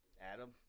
Adam